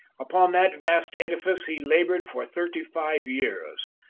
upon that vast edifice he labored for thirty-five years.